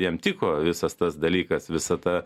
jam tiko visas tas dalykas visa ta